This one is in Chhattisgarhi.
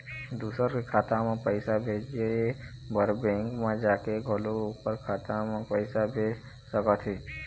दूसर के खाता म पइसा भेजे बर बेंक म जाके घलोक ओखर खाता म पइसा भेज सकत हे